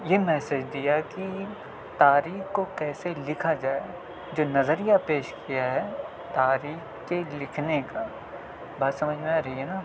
یہ میسج دیا کہ تاریخ کو کیسے لکھا جائے جو نظریہ پیش کیا ہے تاریخ کے لکھنے کا بات سمجھ میں آ رہی ہے نا